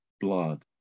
blood